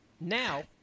Now